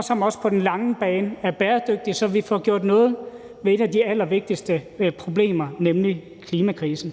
som også på den lange bane er bæredygtig – så vi får gjort noget ved et af de allervigtigste problemer, nemlig klimakrisen.